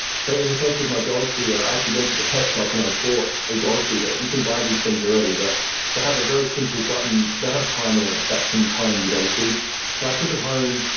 so in the case of my dog feeder, i actually went to the pet shop and i bought a dog feeder. you can buy these things already that they have a very simple button. they have a timer in it that can time the dog feed so i took it home,